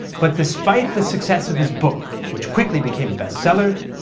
but despite the success of his book, which quickly became a bestseller,